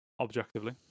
objectively